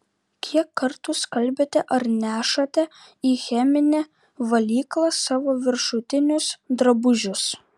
kiek kartų skalbiate ar nešate į cheminę valyklą savo viršutinius drabužius